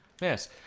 yes